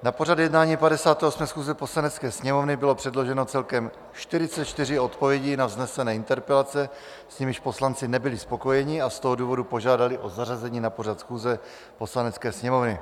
Na pořad jednání 58. schůze Poslanecké sněmovny bylo předloženo celkem 44 odpovědí na vznesené interpelace, s nimiž poslanci nebyli spokojeni, a z toho důvodu požádali o zařazení na pořad schůze Poslanecké sněmovny.